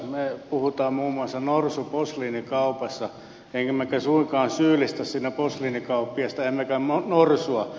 me puhumme muun muassa norsusta posliinikaupassa emmekä suinkaan syyllistä siinä posliinikauppiasta emmekä norsua